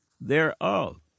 thereof